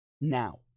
Now